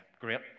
great